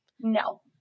No